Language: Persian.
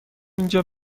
اینجا